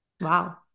Wow